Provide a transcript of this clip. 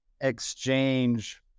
exchange-